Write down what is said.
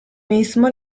mismo